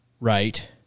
right